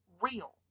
real